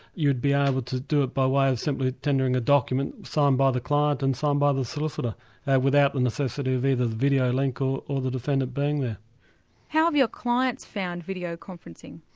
you'd be able to do by way of simply tendering a document signed by the client and signed by the solicitor without the necessity of either the videolink or or the defendant being there. how have your clients found video conferencing?